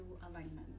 alignment